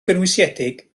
gynwysiedig